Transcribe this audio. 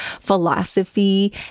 philosophy